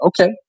okay